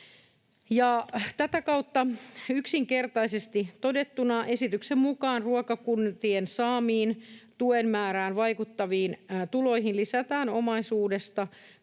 Tätä kautta yksinkertaisesti todettuna esityksen mukaan ruokakuntien saamiin tuen määrään vaikuttaviin tuloihin lisätään omaisuudesta 20 prosenttia